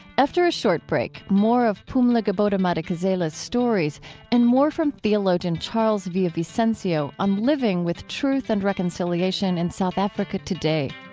after a short break, more of pumla gobodo-madikizela's stories and more from theologian charles villa-vicencio on living with truth and reconciliation in south africa today